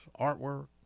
artwork